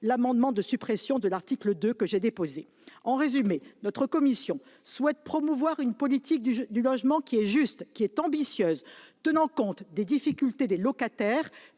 amendement de suppression de l'article 2. En résumé, la commission souhaite promouvoir une politique du logement juste et ambitieuse, tenant compte des difficultés des locataires,